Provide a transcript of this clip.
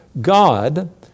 God